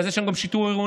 אז יש שם גם שיטור עירוני,